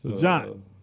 John